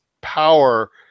power